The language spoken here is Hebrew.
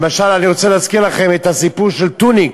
למשל, אני רוצה להזכיר לכם את הסיפור של טוניק,